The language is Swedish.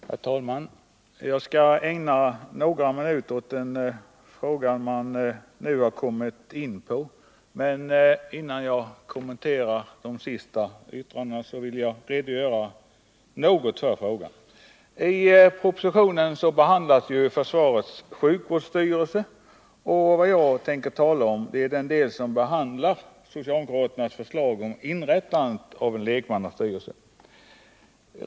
Herr talman! Jag skall ägna några minuter åt det ämne vi nu har kommit in på, men innan jag kommenterar de senaste yttrandena vill jag redogöra något för själva frågan. I propositionen behandlas försvarets sjukvårdsstyrelse. Vad jag tänker tala om är socialdemokraternas förslag om inrättandet av en lekmannastyrelse.